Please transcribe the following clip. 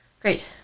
Great